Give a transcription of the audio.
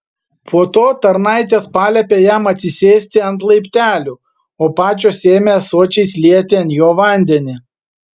po to tarnaitės paliepė jam atsisėsti ant laiptelių o pačios ėmė ąsočiais lieti ant jo vandeni